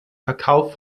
verkauf